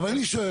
אבל אני שואל.